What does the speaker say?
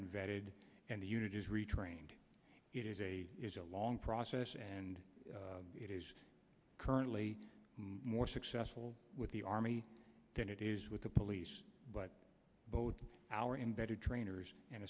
unvetted and the unit is retrained is a long process and it is currently more successful with the army than it is with the police but both our embedded trainers and